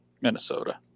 Minnesota